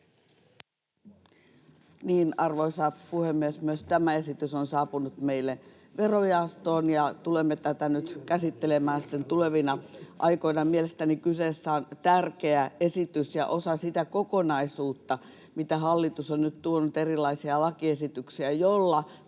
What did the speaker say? Arvoisa puhemies! Myös tämä esitys on saapunut meille verojaostoon, ja tulemme tätä nyt käsittelemään sitten tulevina aikoina. Mielestäni kyseessä on tärkeä esitys ja osa sitä kokonaisuutta — mitä hallitus on nyt tuonut erilaisia lakiesityksiä — jolla